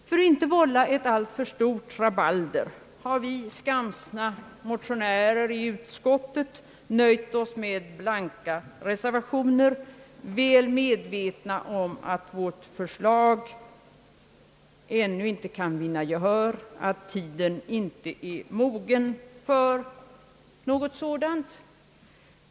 För att inte vålla ett alltför stort rabalder har vi skamsna motionärer i utskottet nöjt oss med blanka reservationer, väl medvetna om att våra för slag ännu inte kan vinna gehör och att tiden inte är mogen.